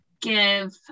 give